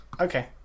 Okay